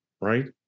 right